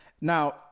now